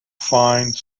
fine